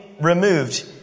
removed